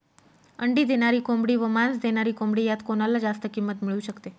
अंडी देणारी कोंबडी व मांस देणारी कोंबडी यात कोणाला जास्त किंमत मिळू शकते?